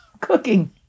cooking